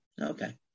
Okay